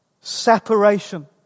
separation